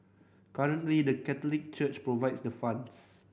currently the Catholic Church provides the funds